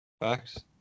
Facts